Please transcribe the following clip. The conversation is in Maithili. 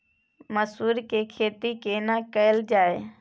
मसूर के खेती केना कैल जाय?